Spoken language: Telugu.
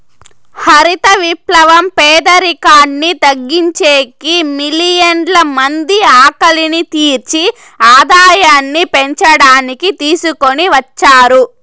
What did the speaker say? హరిత విప్లవం పేదరికాన్ని తగ్గించేకి, మిలియన్ల మంది ఆకలిని తీర్చి ఆదాయాన్ని పెంచడానికి తీసుకొని వచ్చారు